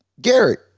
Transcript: Garrett